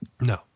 No